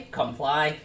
comply